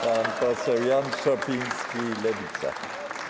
Pan poseł Jan Szopiński, Lewica.